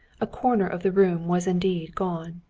a corner of the room was indeed gone.